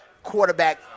quarterback